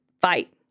Fight